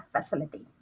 facility